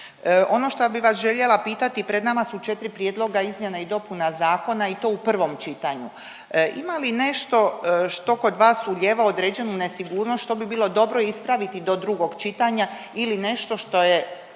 Ono što bih vas željela pitati pred nama su 4 prijedloga izmjena i dopuna zakona i to u prvom čitanju. Ima li nešto što kod vas ulijeva određenu nesigurnost, što bi bilo dobro ispraviti do drugog čitanja ili nešto što je